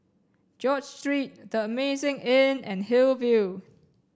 George Street The Amazing Inn and Hillview